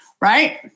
right